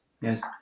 yes